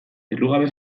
errugabe